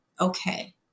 okay